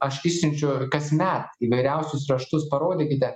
aš išsiunčiu ir kasmet įvairiausius raštus parodykite